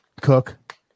Cook